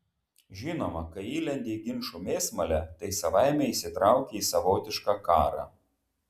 žinoma kai įlendi į ginčų mėsmalę tai savaime įsitrauki į savotišką karą